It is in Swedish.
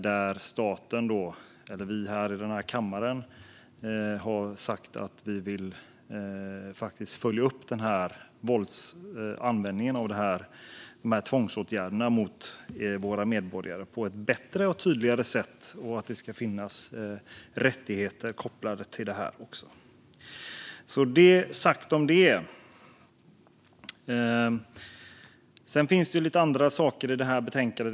Där har vi i denna kammare sagt att vi faktiskt vill följa upp användningen av tvångsåtgärder mot våra medborgare på ett bättre och tydligare sätt och att det ska finnas rättigheter kopplade till detta också. Sedan finns det lite andra saker i detta betänkande.